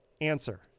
answer